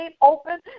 Open